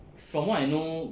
from what I know